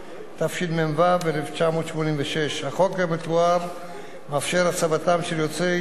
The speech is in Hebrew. התשמ"ו 1986. החוק המתואר מאפשר את הצבתם של יוצאי